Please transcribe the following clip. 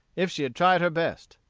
if she had tried her best.